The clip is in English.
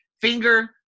finger